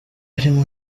arimo